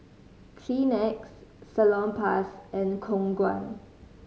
Kleenex Salonpas and Khong Guan